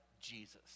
Jesus